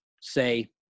say